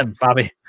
Bobby